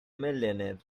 millionaire